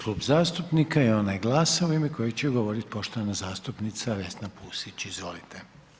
Klub zastupnika je onaj GLAS-a u ime kojeg će govorit poštovana zastupnica Vesna Pusić, izvolite.